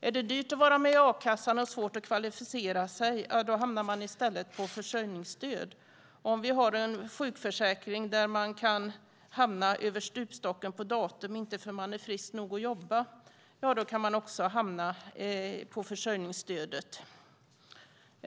Är det dyrt att vara med i a-kassan och svårt att kvalificera sig hamnar man i stället på försörjningsstöd. Vi har en sjukförsäkring där man kan hamna i stupstocken om man inte är frisk nog att jobba ett visst datum, och då kan man hamna på försörjningsstöd.